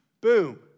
Boom